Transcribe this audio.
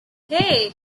hey